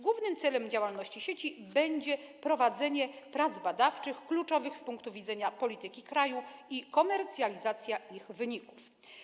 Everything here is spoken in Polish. Głównym celem działalności sieci będzie prowadzenie prac badawczych, kluczowych z punktu widzenia polityki kraju, i komercjalizacja ich wyników.